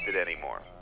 anymore